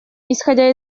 исходя